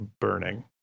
burning